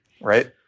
right